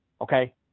Okay